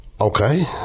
Okay